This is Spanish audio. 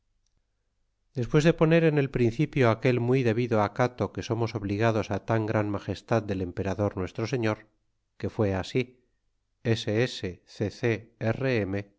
despues de poner en el principio aquel muy debido acato que somos obligados tan gran magestad del emperador nuestro señor que ftle así s s